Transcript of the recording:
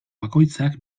bakoitzak